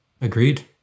agreed